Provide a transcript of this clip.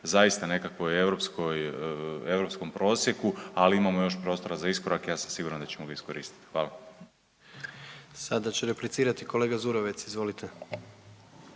zaista nekakvoj europskoj, europskom prosjeku, ali imamo još prostora za iskorak, ja sam siguran da ćemo ga iskoristiti. Hvala. **Jandroković, Gordan (HDZ)** Sada će replicirati kolega Zurovec, izvolite.